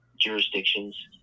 jurisdictions